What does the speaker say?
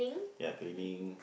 ya training